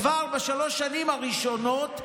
כבר בשלוש השנים הראשונות,